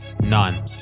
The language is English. None